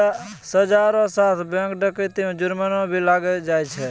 सजा रो साथ बैंक डकैती मे जुर्माना भी लगैलो जाय छै